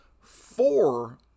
four